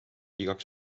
igaks